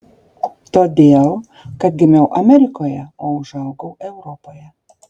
todėl kad gimiau amerikoje o užaugau europoje